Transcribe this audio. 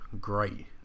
great